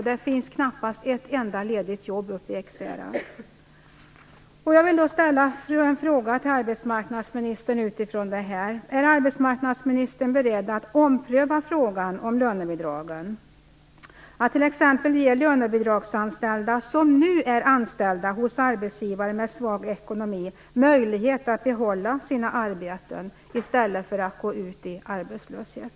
Det finns knappast ett enda ledigt jobb uppe i Ekshärad. ge lönebidragsanställda som nu är anställda hos arbetsgivare med svag ekonomi möjlighet att behålla sina arbeten i stället för att gå ut i arbetslöshet?